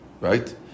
right